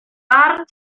barn